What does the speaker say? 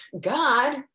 God